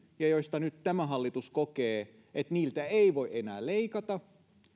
ja joista nyt tämä hallitus kokee että niiltä ei voi enää leikata